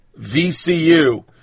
VCU